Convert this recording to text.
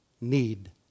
need